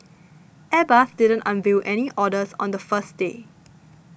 Airbus didn't unveil any orders on the first day